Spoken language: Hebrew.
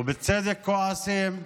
ובצדק כועסים,